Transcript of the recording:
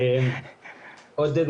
בהחלט צריך לראות איך מטפלים בזה,